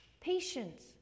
patience